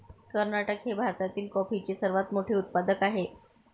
कर्नाटक हे भारतातील कॉफीचे सर्वात मोठे उत्पादक आहे